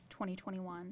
2021